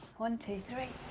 one, two three,